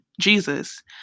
Jesus